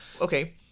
Okay